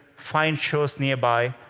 find shows nearby,